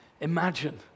Imagine